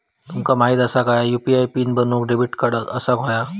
तुमका माहित असा काय की यू.पी.आय पीन बनवूक डेबिट कार्ड असाक व्हयो